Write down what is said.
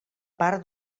part